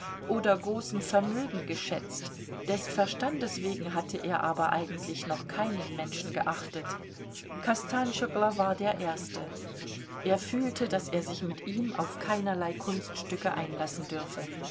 oder großen vermögen geschätzt des verstandes wegen hatte er aber eigentlich noch keinen menschen geachtet kostanschoglo war der erste er fühlte daß er sich mit ihm auf keinerlei kunststücke einlassen dürfte